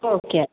okay